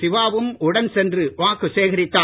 சிவாவும் உடன் சென்று வாக்கு சேகரித்தார்